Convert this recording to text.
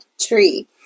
tree